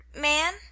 Man